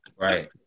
Right